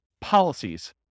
policies